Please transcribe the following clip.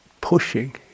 pushing